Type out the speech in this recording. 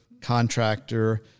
contractor